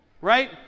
Right